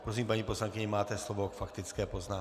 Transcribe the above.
Prosím, paní poslankyně, máte slovo k faktické poznámce.